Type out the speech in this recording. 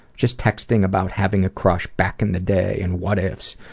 just texting about having a crush back in the day and what ifs,